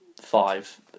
five